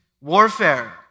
warfare